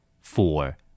Four